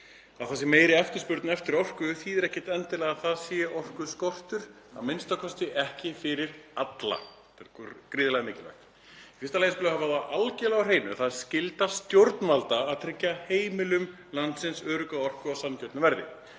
það sé meiri eftirspurn eftir orku þýðir ekkert endilega að það sé orkuskortur, a.m.k. ekki fyrir alla. Þetta er gríðarlega mikilvægt. Í fyrsta lagi skulum við hafa það algerlega á hreinu að það er skylda stjórnvalda að tryggja heimilum landsins örugga orku á sanngjörnu verði.